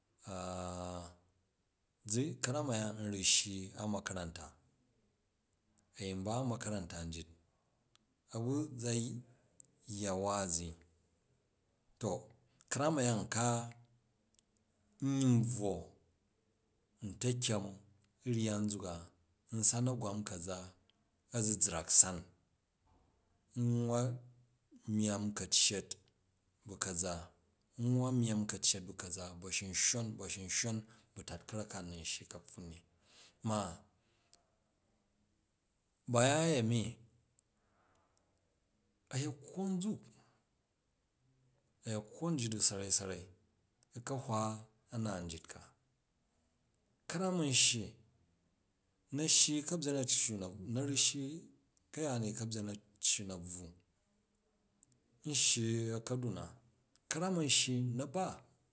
zi ka̱ram a̱ya n ru shyi a makaranta a̱ yin ba u ma̱karanta ryit, a̱bu zayya wa'azi, to ka̱ram a̱ya nka nyin bvwon ta̱kyem u̱ rrya nzuka nsan a̱gwam ka̱za a̱zuzrak san, n nwwa myammi ka̱ccet bu̱ ka̱za, n nwwa myamm ka̱ccet bu̱ kaza ba̱shunshon ba̱shunshon bu̱ tat ka̱rak ka n nun shyi ka̱pffun ni, ma baya a̱yemi a̱yekkwo nzik, a̱yekkwo njit du̱ sarai sarai u ka̱hwa a̱na ryit ka ka̱ram a̱n shyi na̱ shyi u̱ ka̱bgen a̱cau ka̱bvu, na̱ ra shyi ka̱ yani u̱ ka̱bgen a̱ca na̱bvu, nshyi a̱kaduna, ka̱ram am shyi ra ba.